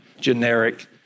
generic